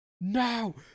No